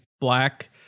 black